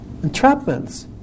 Entrapments